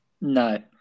No